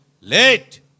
late